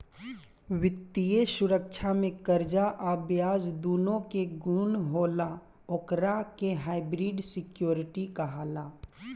वित्तीय सुरक्षा में कर्जा आ ब्याज दूनो के गुण होला ओकरा के हाइब्रिड सिक्योरिटी कहाला